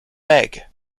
meg